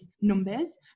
numbers